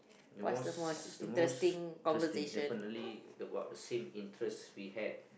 the most the most interesting definitely about the same interest we had